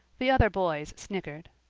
the other boys snickered.